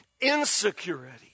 Insecurity